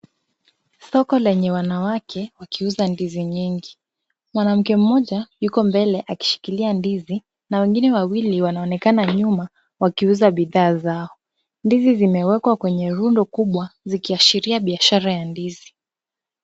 Soko lenye wanawake wakiuza ndizi nyingi. Mwanamke mmoja yuko mbele akishikilia ndizi na wengine wawili wanaonekana nyuma wakiuza bidhaa zao. Ndizi zimewekwa kwenye rundo kubwa zikiashiria biashara ya ndizi.